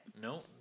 No